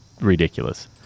ridiculous